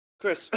Chris